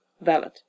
valid